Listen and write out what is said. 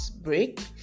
break